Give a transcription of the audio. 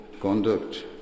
conduct